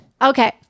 Okay